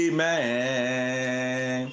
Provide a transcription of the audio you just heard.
Amen